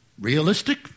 Realistic